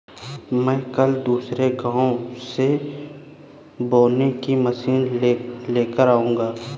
मैं कल दूसरे गांव से बोने की मशीन लेकर आऊंगा